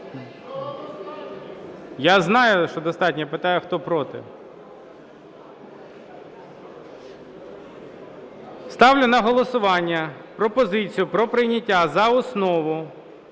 Я знаю, що достатньо. Я питаю, хто – проти. Ставлю на голосування пропозицію про прийняття за основу